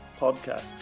podcast